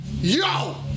Yo